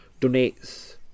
donates